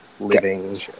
living